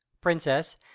princess